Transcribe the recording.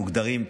מוגדרים,